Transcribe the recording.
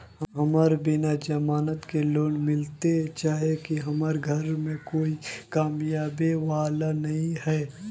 हमरा बिना जमानत के लोन मिलते चाँह की हमरा घर में कोई कमाबये वाला नय है?